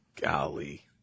Golly